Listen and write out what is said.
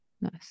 Nice